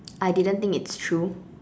I didn't think it's true